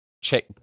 check